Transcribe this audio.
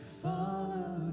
follow